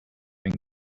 been